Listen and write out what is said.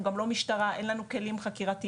אנחנו גם לא משטרה ואין לנו כלים חקירתיים,